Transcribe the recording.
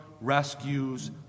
rescues